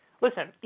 listen